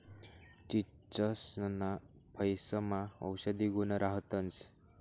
चीचसना फयेसमा औषधी गुण राहतंस